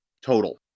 Total